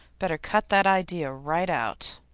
better cut that idea right out!